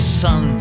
sun